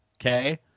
okay